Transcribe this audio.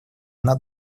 она